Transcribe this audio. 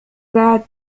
بعد